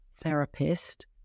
therapist